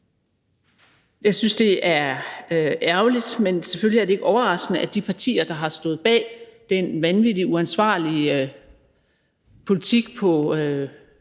Jeg synes, det er ærgerligt, men selvfølgelig er det ikke overraskende, at de partier, der har stået bag den vanvittig uansvarlige politik på